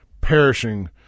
perishing